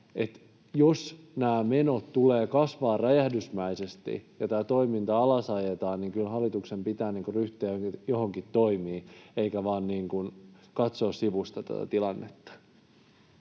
jos nämä menot tulevat kasvamaan räjähdysmäisesti ja tämä toiminta alasajetaan, niin kyllä hallituksen pitää ryhtyä joihinkin toimiin eikä vain katsoa sivusta tätä tilannetta.